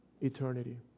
eternity